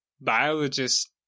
biologist